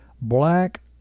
black